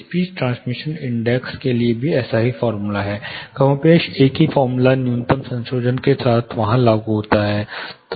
speech transmission index के लिए भी ऐसा ही फॉर्मूला है कमोबेश एक ही फॉर्मूला न्यूनतम संशोधन के साथ वहां लागू होता है